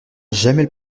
jamais